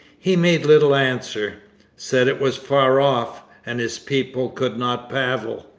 he made little answer said it was far off, and his people could not paddle.